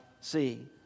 see